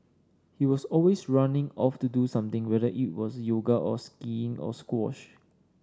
he was always running off to do something whether it was yoga or skiing or squash